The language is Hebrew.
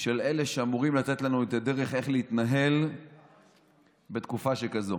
של אלה שאמורים לתת לנו את הדרך איך להתנהל בתקופה שכזאת.